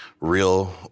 real